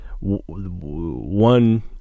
one